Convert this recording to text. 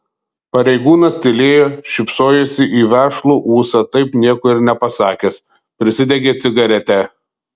pareigūnas tylėjo šypsojosi į vešlų ūsą taip nieko ir nepasakęs prisidegė cigaretę